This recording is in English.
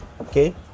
Okay